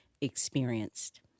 experienced